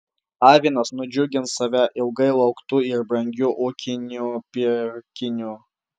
avinas nudžiugins save ilgai lauktu ir brangiu ūkiniu pirkiniu